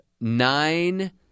nine